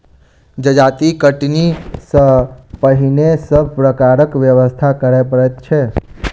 जजाति कटनी सॅ पहिने सभ प्रकारक व्यवस्था करय पड़ैत छै